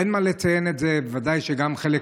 אין מה לציין את זה, ובוודאי שגם חלק